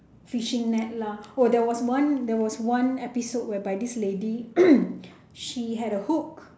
fishing net lah oh there was one there was one episode whereby this lady she had a hook